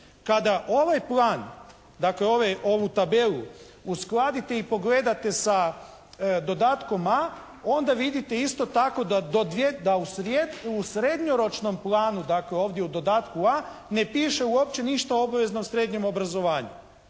Kada ovaj plan dakle ovu tabelu uskladite i pogledate sa dodatkom A onda vidite isto tako da do, da u srednjeročnom planu, dakle ovdje u dodatku A ne piše uopće ništa o obveznom srednjem obrazovanju.